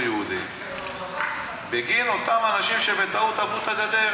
יהודים בגין אותם אנשים שבטעות עברו את הגדר.